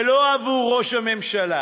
ולא עבור ראש הממשלה,